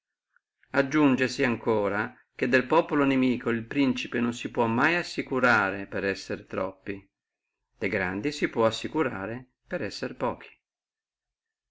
preterea del populo inimico uno principe non si può mai assicurare per essere troppi de grandi si può assicurare per essere pochi